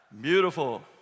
Beautiful